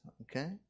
Okay